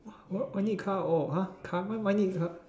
what why need car all !huh! car why why need car